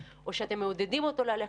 מדובר פה במשבר שחשף אי-מודעות של הרבה